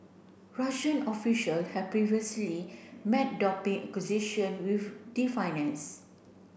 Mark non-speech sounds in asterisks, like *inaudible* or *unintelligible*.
Russian official have previously met doping accusation with *unintelligible*